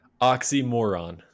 Oxymoron